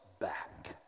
back